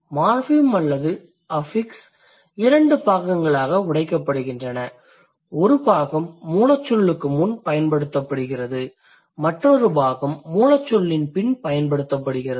morpheme அல்லது affix இரண்டு பாகங்களாக உடைக்கப்படுகின்றன ஒரு பாகம் மூலச்சொல்லுக்கு முன் பயன்படுத்தப்படுகிறது மற்றொரு பாகம் மூலச்சொல்லின் பின் பயன்படுத்தப்படுகிறது